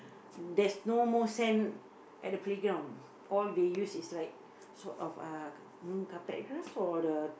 there's no more sand at the playground all they use is like sort of uh room carpet grass or the